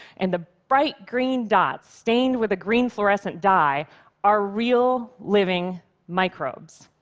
and the bright green dots stained with the green fluorescent dye are real, living microbes.